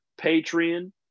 Patreon